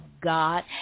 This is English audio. God